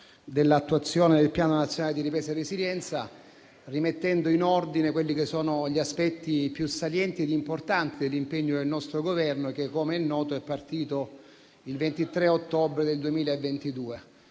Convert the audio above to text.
dell'attuazione del Piano nazionale di ripresa e resilienza, rimettendo in ordine gli aspetti più salienti e importanti dell'impegno del nostro Governo, che, come noto, è partito il 23 ottobre 2022.